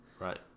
Right